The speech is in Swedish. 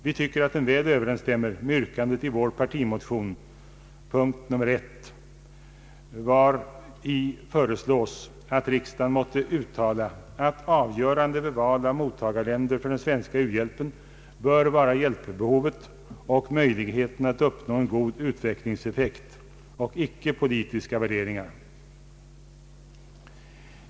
Vi tycker att den väl överensstämmer med yrkandet i vår partimotions punkt 1, vari föreslås att riksdagen måtte ”uttala att avgörande vid val av mottagarländer för den svenska u-hjälpen bör vara hjälpbehovet och möjligheten att uppnå god utvecklingseffekt och icke politiska värderingar”.